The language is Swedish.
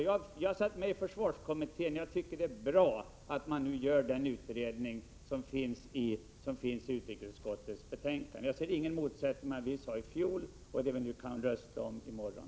Jag tror det är bra att man nu gör den utredning som det talas om i utrikesutskottets betänkande. Jag ser ingen motsättning mellan vad vi sade i fjol och det vi kan rösta om i morgon.